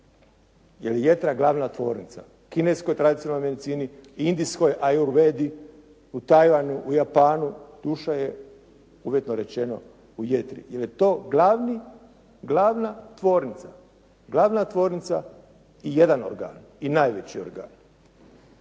jer je jetra glavna tvornica. U kineskoj tradicionalnoj medicini, indijskoj, …/Govornik se ne razumije./… u Tajlanu, u Japanu duša je uvjetno rečeno u jetri jer je to glavna tvornica, glavna tvornica i jedan organ i najveći organ.